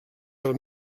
del